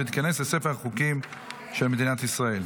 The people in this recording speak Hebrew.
ותיכנס לספר החוקים של מדינת ישראל.